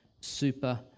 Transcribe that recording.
super